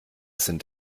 sind